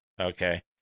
Okay